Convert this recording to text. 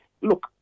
look